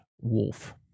Wolf